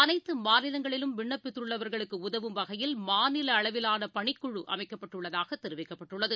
அனைத்தமாநிலங்களிலும்விண்ணப்பித்துள்ளவர்களுக்குஉதவும் வகையில்மாநிலஅளவிலாளபணிக்குழுஅமைக்கப்பட்டுள்ளதாகதெரிவிக்கப்பட்டுள்ளது